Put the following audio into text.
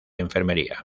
enfermería